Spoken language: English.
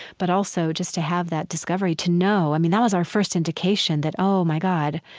but also, just to have that discovery, to know. i mean, that was our first indication that, oh, my god,